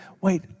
wait